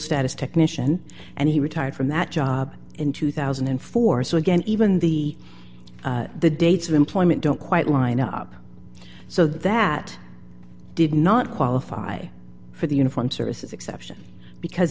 status technician and he retired from that job in two thousand and four so again even the the dates of employment don't quite line up so that did not qualify for the uniformed services exception because